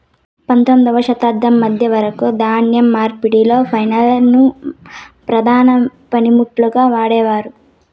పందొమ్మిదవ శతాబ్దం మధ్య వరకు ధాన్యం నూర్పిడిలో ఫ్లైల్ ను ప్రధాన పనిముట్టుగా వాడేవారు